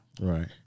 Right